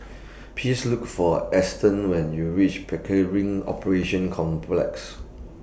Please Look For Easton when YOU REACH Pickering Operations Complex